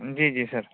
جی جی سر